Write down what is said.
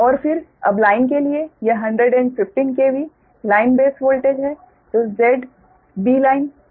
और फिर अब लाइन के लिए यह 115 KV लाइन बेस वोल्टेज है